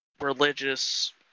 religious